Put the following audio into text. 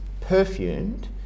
perfumed